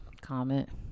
comment